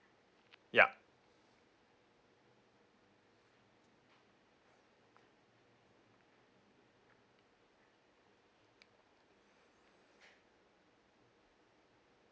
yup